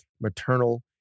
maternal